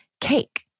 cake